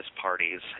parties